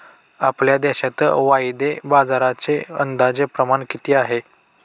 आपल्या देशात वायदे बाजाराचे अंदाजे प्रमाण किती आहे?